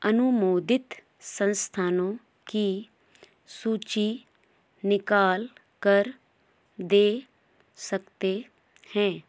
अनुमोदित संस्थानों की सूची निकाल कर दे सकते हैं